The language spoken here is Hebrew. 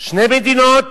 שתי מדינות